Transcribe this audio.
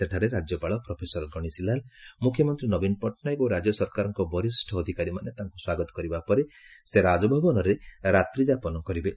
ସେଠାରେ ରାଜ୍ୟପାଳ ପ୍ରଫେସର ଗଣେଶୀ ଲାଲ ମୁଖ୍ୟମନ୍ତ୍ରୀ ନବୀନ ପଟ୍ଟନାୟକ ଓ ରାଜ୍ୟ ସରକାରଙ୍କ ବରିଷ ଅଧିକାରୀମାନେ ତାଙ୍କୁ ସ୍ୱାଗତ କରିବା ପରେ ସେ ରାଜଭବନରେ ରାତ୍ରୀ ଯାପନ କରିବେ